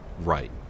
right